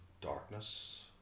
darkness